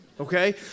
Okay